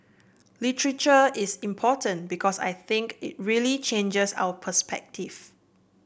literature is important because I think it really changes our perspective